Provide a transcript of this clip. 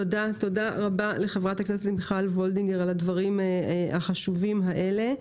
תודה רבה לחברת הכנסת למיכל וולדיגר על הדברים החשובים האלה.